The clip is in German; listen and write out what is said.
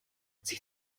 sie